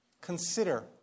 consider